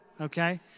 okay